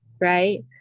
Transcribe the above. right